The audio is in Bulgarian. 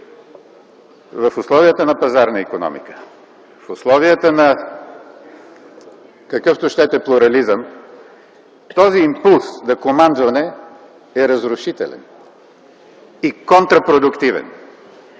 В условията на пазарна икономика, в условията на какъвто щете плурализъм този импулс – за командване – е разрушителен и контрапродуктивен.